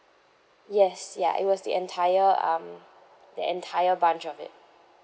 yes ya it was the entire um the entire bunch of it